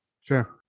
Sure